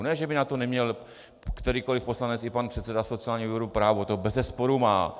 Ne že by na to neměl kterýkoli poslanec, i pan předseda sociálního výboru, právo, to bezesporu má.